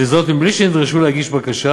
וזאת בלי שנדרשו להגיש בקשה,